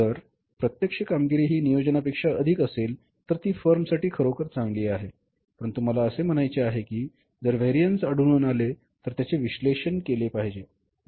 जर प्रत्यक्ष कामगिरी हि नियोजनापेक्षा अधिक असेल तर ती फर्मसाठी खरोखर चांगली आहे परंतु मला असे म्हणायचे आहे की जर व्हेरिएन्स आढळून आले तर त्याचे विश्लेषण केले पाहिजे